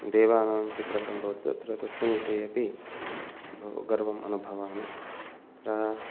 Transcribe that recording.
देवानां चित्रपटं भवति तत्र तस्मिन् विषये अपि बहुगर्वम् अनुभवामि तत्र